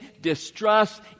distrust